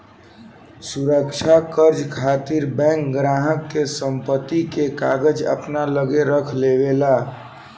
सुरक्षा कर्जा खातिर बैंक ग्राहक के संपत्ति के कागज अपना लगे रख लेवे ला